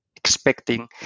Expecting